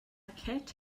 cat